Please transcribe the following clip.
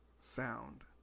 sound